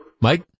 Mike